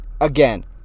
again